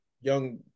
young